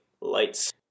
Lights